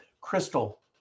crystal